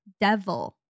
devil